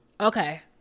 Okay